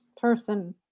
person